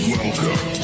welcome